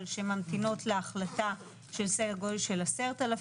אבל שממתינות להחלטה של סדר גודל של 10,000,